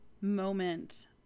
moment